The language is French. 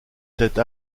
tête